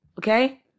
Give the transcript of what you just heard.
okay